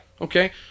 Okay